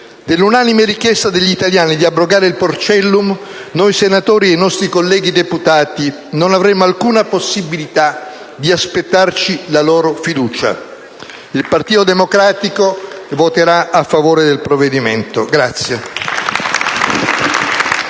dell'unanime richiesta degli italiani di abrogare il "porcellum", noi senatori e i nostri colleghi deputati non avremo alcuna possibilità di aspettarci la loro fiducia. Il Gruppo del Partito Democratico voterà a favore del provvedimento.